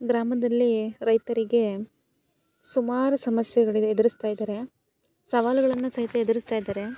ಗ್ರಾಮದಲ್ಲಿ ರೈತರಿಗೆ ಸುಮಾರು ಸಮಸ್ಯೆಗಳಿವೆ ಎದುರಿಸ್ತಾ ಇದ್ದಾರೆ ಸವಾಲುಗಳನ್ನು ಸಹಿತ ಎದುರಿಸ್ತಾ ಇದ್ದಾರೆ